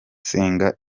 senga